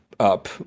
up